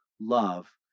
love